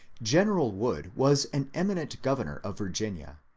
general wood was an emi nent governor of virginia,